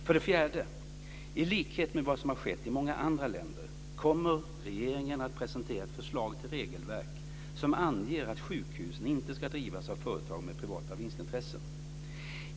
För det fjärde kommer regeringen, i likhet med vad som har skett i många andra länder, att presentera ett förslag till regelverk som anger att sjukhusen inte ska drivas av företag med privata vinstintressen.